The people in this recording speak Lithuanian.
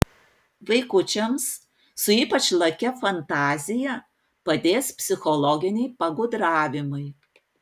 vaikučiams su ypač lakia fantazija padės psichologiniai pagudravimai